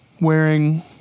wearing